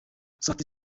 sauti